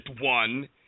one